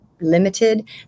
limited